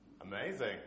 Amazing